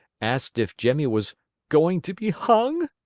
asked if jimmy was going to be hung.